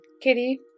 Kitty